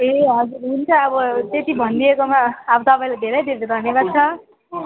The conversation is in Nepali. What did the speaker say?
ए हजुर हुन्छ अब त्यति भनिदिएकोमा अब तपाईँलाई धेरै धेरै धन्यवाद छ